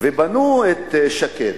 ובנו את שקד.